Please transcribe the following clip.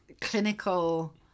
clinical